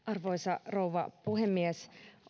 arvoisa rouva puhemies